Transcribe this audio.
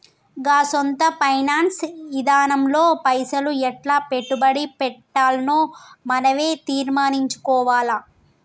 గా సొంత ఫైనాన్స్ ఇదానంలో పైసలు ఎట్లా పెట్టుబడి పెట్టాల్నో మనవే తీర్మనించుకోవాల